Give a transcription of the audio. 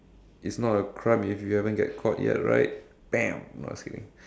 it's not crime if you haven't get caught yet right baam no just kidding